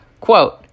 Quote